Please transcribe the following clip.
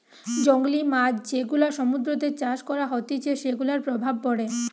জংলী মাছ যেগুলা সমুদ্রতে চাষ করা হতিছে সেগুলার প্রভাব পড়ে